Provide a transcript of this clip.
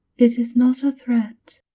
it is not a threat.